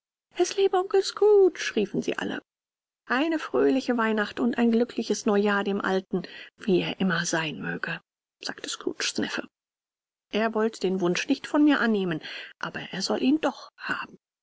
es lebe onkel scrooge riefen sie alle eine fröhliche weihnacht und ein glückliches neujahr dem alten wie er immer sein möge sagte scrooges neffe er wollte den wunsch nicht von mir annehmen aber er soll ihn doch haben